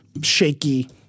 shaky